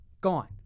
Gone